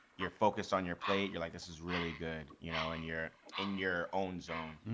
you're focused on your plate. you're like, this is really good, you know and you're in your own zone.